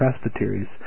presbyteries